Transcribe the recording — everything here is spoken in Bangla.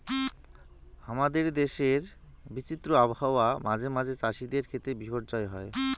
হামাদের দেশের বিচিত্র আবহাওয়া মাঝে মাঝে চ্যাসিদের ক্ষেত্রে বিপর্যয় হই